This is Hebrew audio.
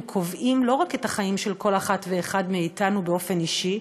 הם קובעים לא רק את החיים של כל אחת ואחד מאתנו באופן אישי,